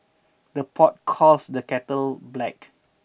the pot calls the kettle black